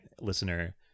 listener